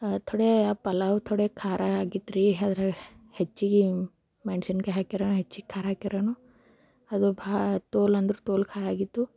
ಥೊಡೆ ಪಲಾವು ಥೊಡೆ ಖಾರ ಆಗಿತ್ರೀ ಅದ್ರಾಗೆ ಹೆಚ್ಚಿಗೆ ಮೆಣಸಿನ ಕಾಯಿ ಹಾಕೀರಿ ಹೆಚ್ಚಿಗೆ ಖಾರ ಹಾಕೀರಿ ಏನೋ ಅದು ಭಾ ತೋಲ್ ಅಂದ್ರೆ ತೋಲ್ ಖಾರಾಗಿತ್ತು